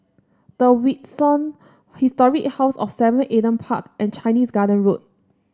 The Windsor Historic House of Seven Adam Park and Chinese Garden Road